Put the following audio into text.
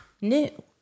new